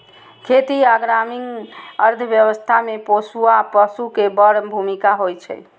खेती आ ग्रामीण अर्थव्यवस्था मे पोसुआ पशु के बड़ भूमिका होइ छै